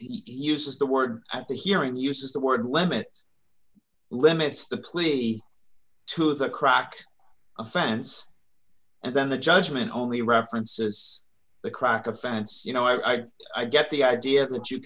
uses the word at the hearing he uses the word limit limits the cli to the crack offense and then the judgment only references the crack offense you know i did i get the idea that you